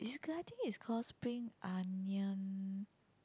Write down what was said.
is it I think it's called spring onion